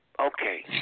okay